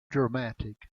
dramatic